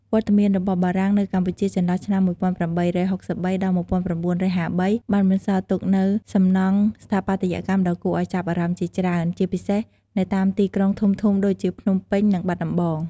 វត្តមានរបស់បារាំងនៅកម្ពុជាចន្លោះឆ្នាំ ១៨៦៣ ដល់ ១៩៥៣ បានបន្សល់ទុកនូវសំណង់ស្ថាបត្យកម្មដ៏គួរឱ្យចាប់អារម្មណ៍ជាច្រើន ជាពិសេសនៅតាមទីក្រុងធំៗដូចជាភ្នំពេញ និងបាត់ដំបង។